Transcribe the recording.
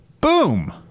Boom